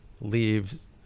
leaves